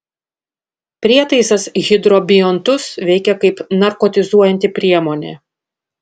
prietaisas hidrobiontus veikia kaip narkotizuojanti priemonė